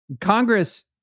Congress